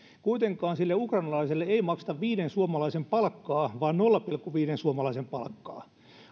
kuitenkaan sille ukrainalaiselle ei makseta viiden suomalaisen palkkaa vaan nolla pilkku viiden suomalaisen palkkaa